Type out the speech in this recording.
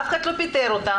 אף אחד לא פיטר אותם.